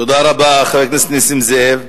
תודה רבה, חבר הכנסת נסים זאב.